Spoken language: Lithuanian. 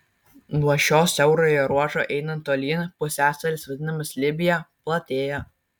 nuo šio siaurojo ruožo einant tolyn pusiasalis vadinamas libija platėja